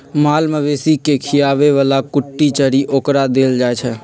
माल मवेशी के खीयाबे बला कुट्टी चरी ओकरा देल जाइ छै